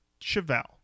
Chevelle